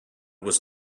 was